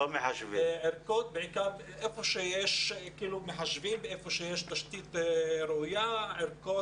היכן שיש מחשבים והיכן שיש תשתית ראויה, ערכות.